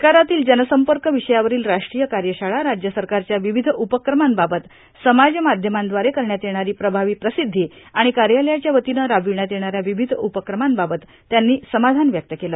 सरकारातील जनसंपर्क विषयावरील राष्ट्रीय कार्यशाळा राज्य सरकारच्या विविध उपक्रमांबाबत समाज माध्यमांद्वारे करण्यात येणारी प्रभावी प्रसिद्धी आणि कार्यालयाच्या वतीनं राबविण्यात येणाऱ्या विविध उपक्रमांबाबत त्यांनी समाधान व्यक्त केलं